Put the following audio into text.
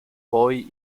poi